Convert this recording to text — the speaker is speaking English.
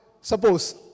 Suppose